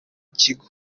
kigo